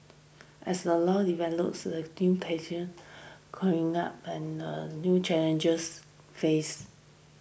as the law develops a new and new challenges face